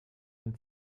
den